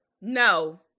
No